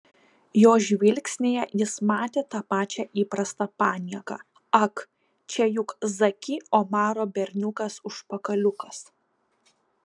jo žvilgsnyje jis matė tą pačią įprastą panieką ak čia juk zaki omaro berniukas užpakaliukas